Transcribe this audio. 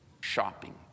shopping